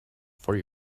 for